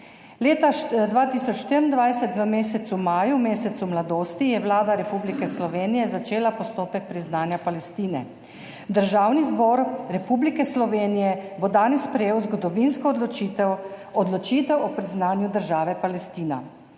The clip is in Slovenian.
Leta 2024, v mesecu maju, mesecu mladosti, je Vlada Republike Slovenije začela postopek priznanja Palestine. Državni zbor Republike Slovenije bo danes sprejel zgodovinsko odločitev, odločitev o priznanju države Palestina.